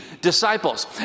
disciples